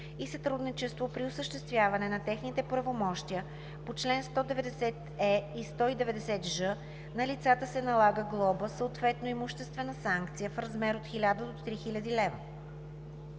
и сътрудничество при осъществяване на техните правомощия по чл. 190е и 190ж на лицата се налага глоба, съответно имуществена санкция в размер от 1000 до 3000 лв.